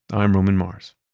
i'm roman mars.